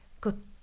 good